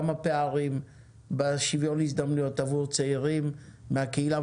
הפערים בשוויון ההזדמנויות עבור צעירים מהקהילה,